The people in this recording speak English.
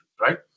right